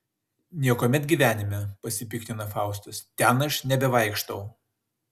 niekuomet gyvenime pasipiktina faustas ten aš nebevaikštau